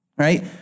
right